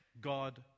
God